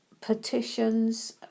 petitions